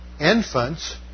infants